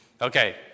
Okay